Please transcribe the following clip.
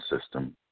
system